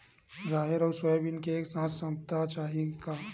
राहेर अउ सोयाबीन एक साथ सप्ता चाही का?